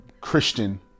Christian